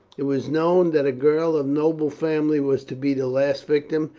it was known that a girl of noble family was to be the last victim,